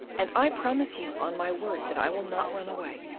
and i promise you on my word that i will not run away,